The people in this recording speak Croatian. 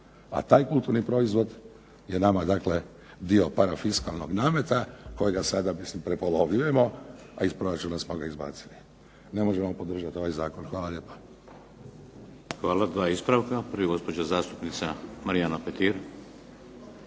a taj kulturni proizvod je nama dakle dio para fiskalnog nameta kojega sada mislim prepolovljujemo, a iz proračuna smo ga izbacili. Ne možemo podržati ovaj zakon. Hvala lijepa. **Šeks, Vladimir (HDZ)** Hvala. Dva ispravka. Prvi gospođa zastupnica Marijana Petir.